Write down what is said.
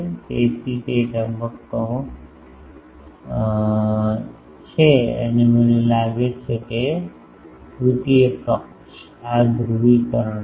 તેથી તે તબક્કો છે અને મને લાગે છે કે તૃતીય પક્ષ આ ધ્રુવીકરણ છે